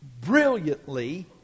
brilliantly